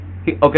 Okay